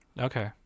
okay